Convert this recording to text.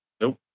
Nope